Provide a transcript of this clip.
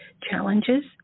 challenges